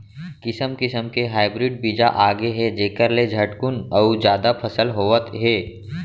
किसम किसम के हाइब्रिड बीजा आगे हे जेखर ले झटकुन अउ जादा फसल होवत हे